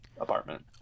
apartment